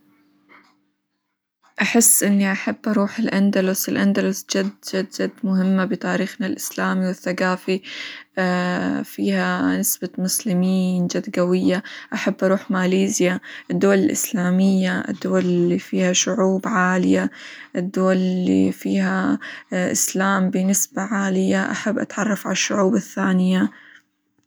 أحس إني أحب أروح الأندلس، الأندلس جد جد مهمة بتاريخنا الإسلامي، والثقافي فيها نسبة مسلمين جد قوية، أحب أروح ماليزيا، الدول الإسلامية، الدول اللي فيها شعوب عالية، الدول اللي فيها إسلام بنسبة عالية، أحب اتعرف على الشعوب الثانية.